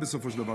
בסופו של דבר.